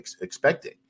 expecting